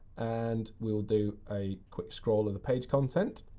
and we will do a quick scroll of the page content.